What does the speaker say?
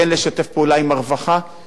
אנחנו כמובן מקבלים את זה בברכה,